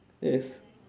yes